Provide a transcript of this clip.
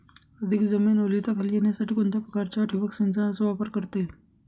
अधिक जमीन ओलिताखाली येण्यासाठी कोणत्या प्रकारच्या ठिबक संचाचा वापर करता येईल?